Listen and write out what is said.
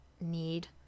need